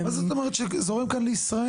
מה זאת אומרת שזורם לישראל?